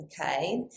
okay